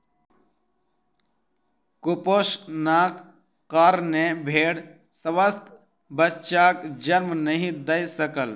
कुपोषणक कारणेँ भेड़ स्वस्थ बच्चाक जन्म नहीं दय सकल